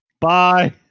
Bye